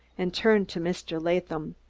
and turned to mr. latham.